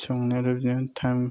संनायाबो बिदिनो टाइम